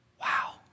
wow